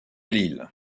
l’île